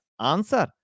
answer